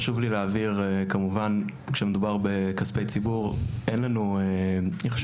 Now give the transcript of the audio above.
חשוב לי להבהיר: כשמדובר בכספי ציבור חשוב